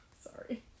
Sorry